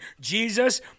Jesus